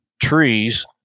trees